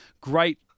great